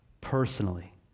personally